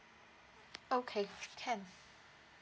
okay can